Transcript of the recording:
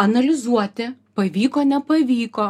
analizuoti pavyko nepavyko